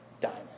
diamond